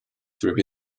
through